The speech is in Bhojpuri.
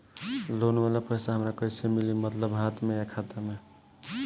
लोन वाला पैसा हमरा कइसे मिली मतलब हाथ में या खाता में?